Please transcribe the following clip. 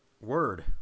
Word